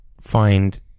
find